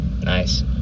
Nice